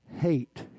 hate